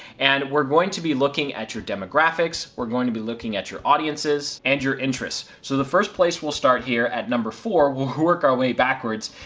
and we're going to be looking at your demographics, we're going to be looking at your audiences, and your interest. so the first place we'll start here at number four, we'll work our way backwards,